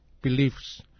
beliefs